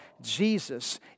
Jesus